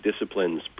disciplines